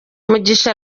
mugisha